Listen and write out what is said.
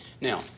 Now